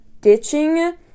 ditching